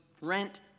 rent